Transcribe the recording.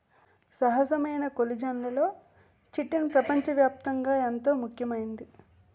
సహజమైన కొల్లిజన్లలో చిటిన్ పెపంచ వ్యాప్తంగా ఎంతో ముఖ్యమైంది